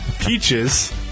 Peaches